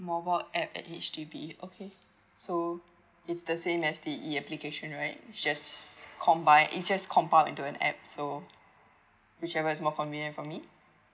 mobile app at H_D_B okay so it's the same as the e application right just combine it's just compound into an app so whichever is more convenient for me